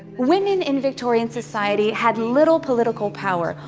women in victorian society had little political power,